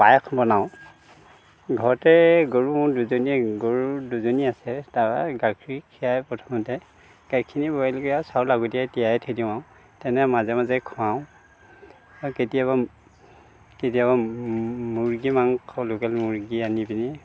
পায়স বনাওঁ ঘৰতে গৰু দুজনী গৰু দুজনী আছে তাৰ গাখীৰ খীৰাই প্ৰথমতে সেইখিনি বইল কৰি আৰু চাউল আগতীয়াকৈ তিয়ায়ে থৈ দিওঁ আৰু তেনে মাজে মাজে খুৱাওঁ আৰু কেতিয়াবা কেতিয়াবা মুৰ্গী মাংস লোকেল মুৰ্গী আনি পিনে